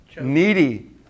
Needy